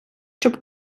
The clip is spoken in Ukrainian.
щоб